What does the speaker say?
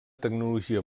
tecnologia